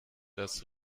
das